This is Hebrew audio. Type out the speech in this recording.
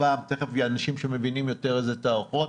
תיכף ידברו אנשים שמבינים יותר איזה תערוכות,